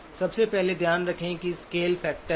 सबसे पहले ध्यान रखें कि स्केल फैक्टर है